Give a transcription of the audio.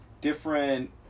different